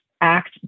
act